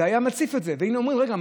זה היה מציף את זה והיינו אומרים: רגע,